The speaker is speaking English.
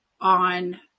on